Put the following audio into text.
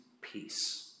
peace